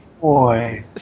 Boy